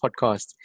podcast